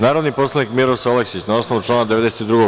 Narodni poslanik Miroslav Aleksić na osnovu člana 92.